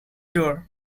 door